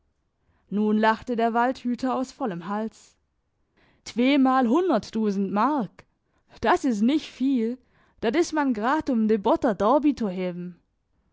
nun lachte der waldhüter aus vollem hals tweemalhunnertdusend mark das is nich veel dat is man grad um de